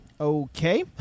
Okay